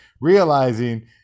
realizing